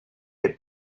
had